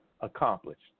accomplished